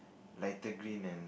lighter green and